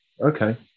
okay